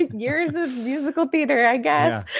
years of musical theater, i guess.